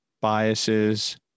biases